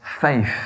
faith